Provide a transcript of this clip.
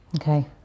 Okay